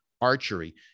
archery